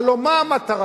הלוא מה המטרה?